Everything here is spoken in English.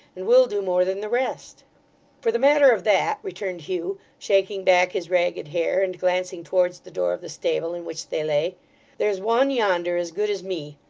and will do more than the rest for the matter of that returned hugh, shaking back his ragged hair and glancing towards the door of the stable in which they lay there's one yonder as good as me.